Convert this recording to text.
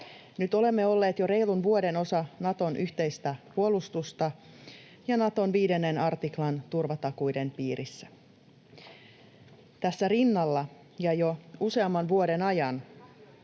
Nyt olemme olleet jo reilun vuoden osa Naton yhteistä puolustusta ja Naton viidennen artiklan turvatakuiden piirissä. Tässä rinnalla, ja jo useamman vuoden ajan,